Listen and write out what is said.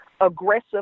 aggressive